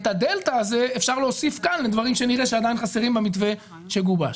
את הדלתא הזאת אפשר להוסיף כאן לדברים שנראה שעדיין חסרים במתווה שגובש.